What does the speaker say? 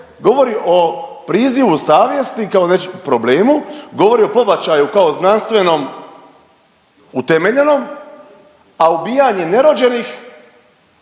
govori o prizivu savjesti kao već problemu, govori o pobačaju kao znanstvenom utemeljenom, a ubijanje nerođenih